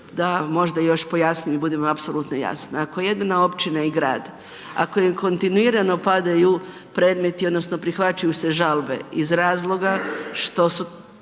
da možda još pojasnim da budem apsolutno jasna, ako jedna općina i grad, ako joj kontinuirano padaju predmeti odnosno prihvaćaju se žalbe iz razloga što su